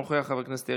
חבר הכנסת שלמה קרעי,